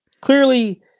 clearly